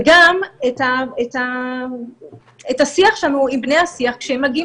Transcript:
וגם את השיח שלנו עם בני השיח כשהם מגיעים